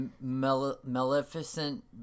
maleficent